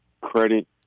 credit